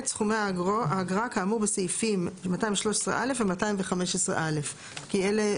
סכומי האגרה כאמור בסעיפים 213(א) ו-215(א)"; כי אלה,